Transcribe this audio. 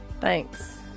Thanks